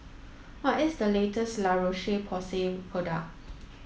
what is the latest La Roche Porsay product